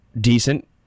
decent